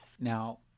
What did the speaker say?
Now